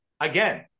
again